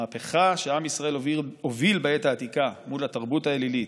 המהפכה שעם ישראל הוביל בעת העתיקה מול התרבות האלילית,